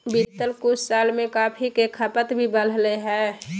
बीतल कुछ साल में कॉफ़ी के खपत भी बढ़लय हें